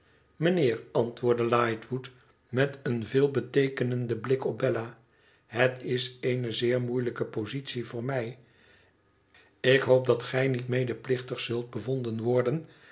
mijnheer antwoordde lihtwood met een veelbeteekenenden blik op bella het is eene zeer moeilijke positie voor mij ik hoop dat gij niet medeplichtig zult bevonden worden